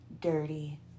dirty